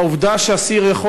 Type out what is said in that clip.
העובדה שאסיר יכול,